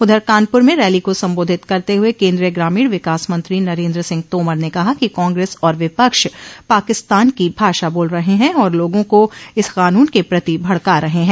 उधर कानपुर में रैली को संबोधित करते हुए केन्द्रीय ग्रामीण विकास मंत्री नरेन्द्र सिंह तोमर न कहा कि कांग्रेस और विपक्ष पाकिस्तान की भाषा बोल रहे हैं और लोगों को इस कानून के प्रति भड़का रहे हैं